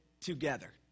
together